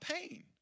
pain